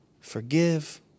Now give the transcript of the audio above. Forgive